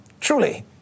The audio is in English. Truly